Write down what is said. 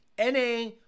NA